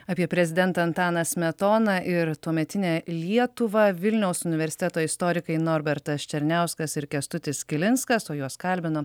apie prezidentą antaną smetoną ir tuometinę lietuvą vilniaus universiteto istorikai norbertas černiauskas ir kęstutis kilinskas o juos kalbino